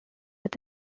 with